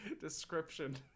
description